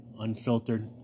unfiltered